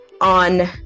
on